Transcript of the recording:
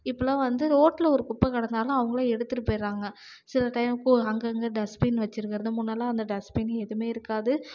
இப்பெல்லாம் வந்து ரோட்ல ஒரு குப்பை கடந்தாலும் அவங்களே எடுத்துகிட்டு போயிடுறாங்க சில டைம் போ அங்கங்கே டஸ்ட் பின் வச்சிருக்கறது முன்னெலாம் அந்த டஸ்ட் பின் எதுவுமே இருக்காது